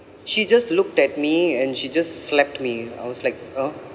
she just looked at me and she just slapped me I was like oh